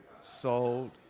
sold